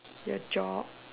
your job